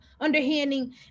underhanding